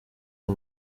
w’u